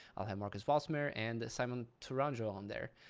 i'll have marcus wassmer and simon tourangeau on there.